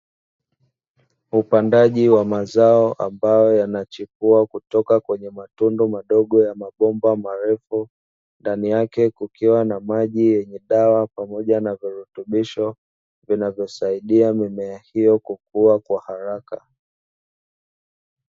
Upandaji wa mazao ambayo yanachipua kutoka kwenye matundu madogo ya mabomba marefu, ndani yake kukiwa na maji yenye dawa pamoja na virutubisho vinavosaidia mimea hiyo kukua kwa haraka.